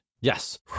Yes